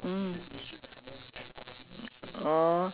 so that's why